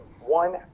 One